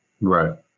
Right